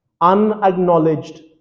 Unacknowledged